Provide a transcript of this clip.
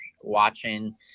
watching